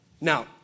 Now